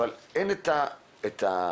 אבל אין את החיבור